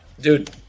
Dude